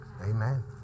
Amen